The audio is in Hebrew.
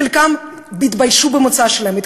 חלקם התביישו במוצא שלהם,